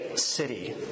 city